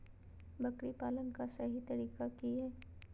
बकरी पालन के सही तरीका की हय?